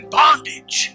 bondage